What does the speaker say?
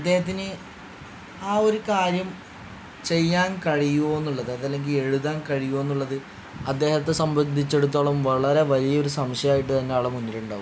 അദ്ദേഹത്തിന് ആ ഒരു കാര്യം ചെയ്യാൻ കഴിയുമോ എന്നുള്ളത് അത് അല്ലെങ്കിൽ എഴുതാൻ കഴിയുമോ എന്നുള്ളത് അദ്ദേഹത്തെ സംബന്ധിച്ചിടത്തോളം വളരെ വലിയ ഒരു സംശയം ആയിട്ട് തന്നെ ആളുടെ മുന്നിൽ ഉണ്ടാകും